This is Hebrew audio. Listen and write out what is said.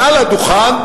מעל הדוכן,